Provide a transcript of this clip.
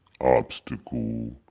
obstacle